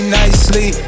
nicely